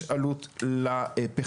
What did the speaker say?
יש עלות לפחם,